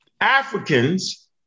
Africans